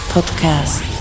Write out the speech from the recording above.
Podcast